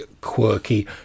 quirky